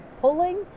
pulling